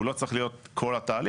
הוא לא צריך להיות כל התהליך.